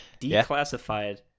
Declassified